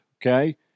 okay